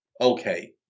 Okay